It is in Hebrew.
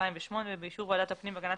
התשס"ח-2008 ובאישור ועדת הפנים והגנת